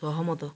ସହମତ